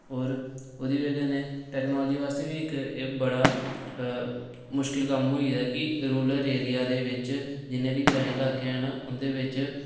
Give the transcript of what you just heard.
होर उ'दी बजह कन्नै टैक्नोलजी बास्तै बी इक एह् बड़ा मुश्किल कम्म होई एह्दा कि रूरल एरिया दे बिच्च जि'न्ने बी ग्राईं लाके ऐ ना उ'दे बिच्च टैक्नोलजी